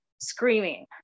screaming